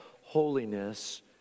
holiness